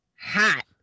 hot